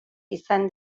izan